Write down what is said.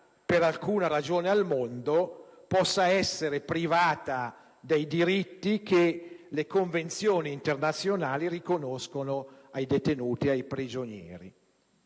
per alcuna ragione al mondo, può essere privata dei diritti che le Convenzioni internazionali riconoscono ai detenuti e ai prigionieri.